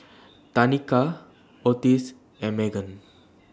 Tanika Otis and Meghann